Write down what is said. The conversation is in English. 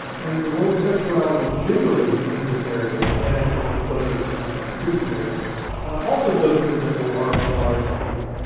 and the role of sexuality generally in this narrative and in these other contributing narratives also doesn't resemble our modern schema.